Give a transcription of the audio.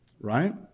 Right